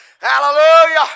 Hallelujah